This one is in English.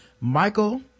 Michael